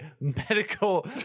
medical